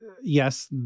Yes